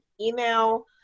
email